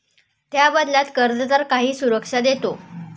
त्या बदल्यात कर्जदार काही सुरक्षा देतो